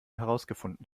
herausgefunden